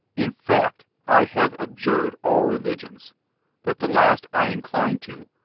in fact, i have abjured all religions but the last i inclined to,